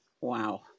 Wow